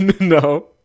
No